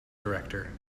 director